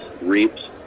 reaps